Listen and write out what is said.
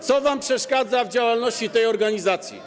Co wam przeszkadza w działalności tej organizacji?